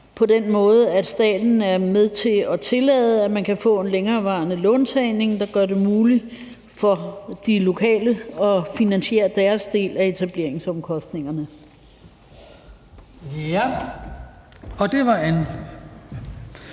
på den måde, at staten er med til at tillade, at man kan få en længerevarende låntagning, der gør det muligt for de lokale at finansiere deres del af etableringsomkostningerne. Kl. 17:54 Den fg.